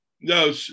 no